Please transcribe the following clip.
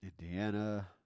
Indiana